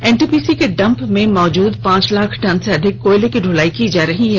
NTPC के dump में मौजूद पांच लाख टन से अधिक कोयला की दलाई की जा रही है